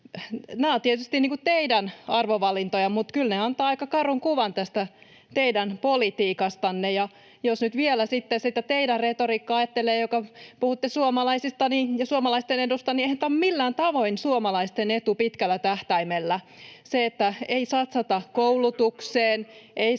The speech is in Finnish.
Nämä ovat tietysti teidän arvovalintojanne, mutta kyllä ne antavat aika karun kuvan tästä teidän politiikastanne. Jos nyt vielä sitten sitä teidän retoriikkaanne ajattelee, kun te puhutte suomalaisista ja suomalaisten edusta, niin eihän tämä ole millään tavoin suomalaisten etu pitkällä tähtäimellä, [Juha Mäenpää: Mutta ihmiset